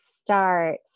start